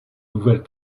nouvelles